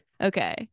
Okay